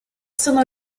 sono